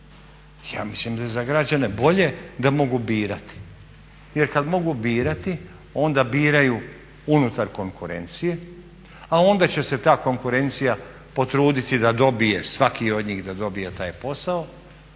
Ja mislim da je za građane bolje da mogu birati jer kad mogu birati onda biraju unutar konkurencije a onda će se ta konkurencija potruditi da dobije svaki od njih da dobije taj posao,